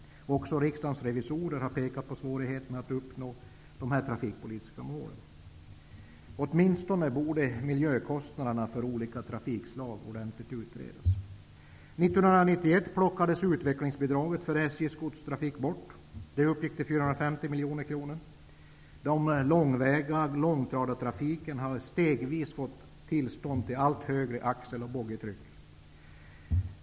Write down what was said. Även Riksdagens revisorer har pekat på svårigheterna att uppnå de trafikpolitiska målen. Åtminstone borde miljökostnaderna för olika trafikslag utredas ordentligt. År 1991 togs utvecklingsbidraget för SJ:s godstrafik bort. Det uppgick till 450 miljoner kronor. Den långväga långtradartrafiken har stegvis fått tillstånd till allt högre axel och boggitryck.